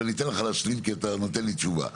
ואני אתן לך להשלים כי אתה נותן לי תשובה.